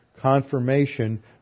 confirmation